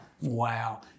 Wow